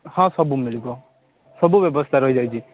ହଁ ସବୁ ମିଳିବ ସବୁ ବ୍ୟାବସ୍ଥା ରହିଯାଇଛି